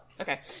Okay